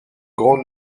grand